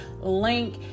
link